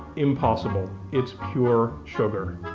impossible. it's pure sugar.